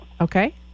Okay